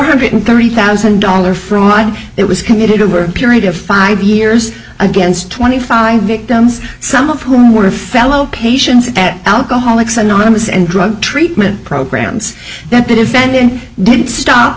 hundred thirty thousand dollar fraud that was committed over a period of five years against twenty five victims some of whom were fellow patients at alcoholics anonymous and drug treatment programs that that event didn't stop